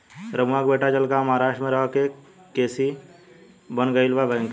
रमुआ के बेटा जलगांव महाराष्ट्र में रह के सी.ए बन गईल बा बैंक में